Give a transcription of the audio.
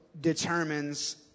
determines